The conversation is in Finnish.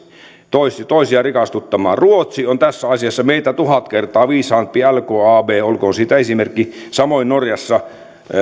toisia toisia rikastuttamaan ruotsi on tässä asiassa meitä tuhat kertaa viisaampi lkab olkoon siitä esimerkki samoin norjassa